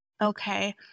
okay